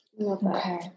Okay